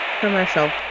commercial